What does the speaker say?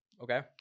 okay